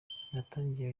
natangiye